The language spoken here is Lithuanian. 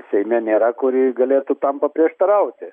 seime nėra kuri galėtų tam paprieštarauti